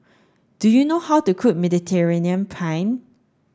do you know how to cook Mediterranean Penne